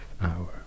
hour